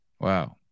Wow